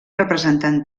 representant